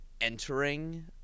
entering